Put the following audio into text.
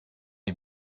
est